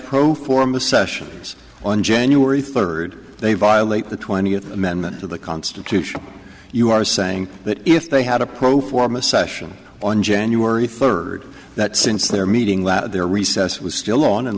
pro forma sessions on january third they violate the twentieth amendment to the constitution you are saying that if they had a pro forma session on january third that since their meeting that their recess was still on and